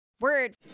Word